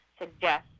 suggest